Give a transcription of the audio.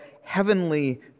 heavenly